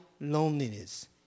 loneliness